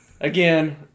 again